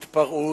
התפרעות,